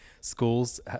schools